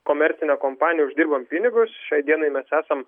komercinė kompanija uždirbam pinigus šiai dienai mes esam